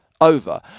over